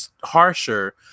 harsher